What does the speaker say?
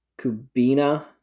Kubina